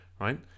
right